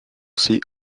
ses